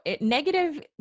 Negative